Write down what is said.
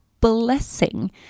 blessing